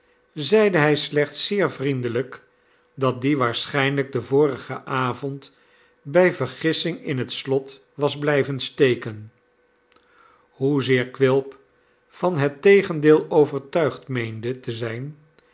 zeide hy slechts zeer vriendelijk dat die waarschijnlijk den vorigen avond bij vergissing in het slot was blijven steken hoezeer quilp van het tegendeel overtuigd meende te zijn